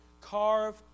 carve